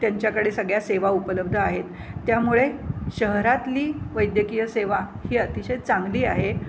त्यांच्याकडे सगळ्या सेवा उपलब्ध आहेत त्यामुळे शहरातली वैद्यकीय सेवा ही अतिशय चांगली आहे